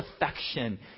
affection